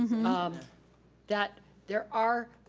um um that there are,